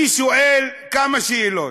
אני שואל כמה שאלות: